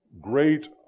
great